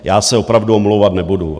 Já se opravdu omlouvat nebudu.